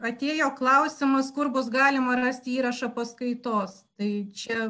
atėjo klausimas kur bus galima rasti įrašą paskaitos tai čia